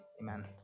amen